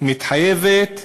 מתחייבת,